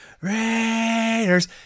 Raiders